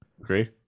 Agree